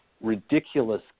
ridiculous